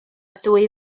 dwy